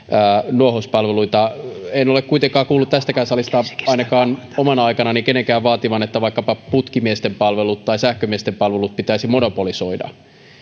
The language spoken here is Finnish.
nuohouspalveluita en ole kuitenkaan kuullut tästäkään salista ainakaan omana aikanani kenenkään vaativan että vaikkapa putkimiesten palvelut tai sähkömiesten palvelut pitäisi monopolisoida